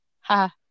ha